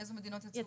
איזה מדינות יצאו?